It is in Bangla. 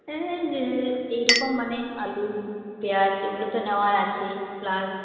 এইরকম মানে আলু পেঁয়াজ এগুলো তো নেওয়ার আছেই প্লাস